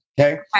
okay